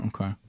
Okay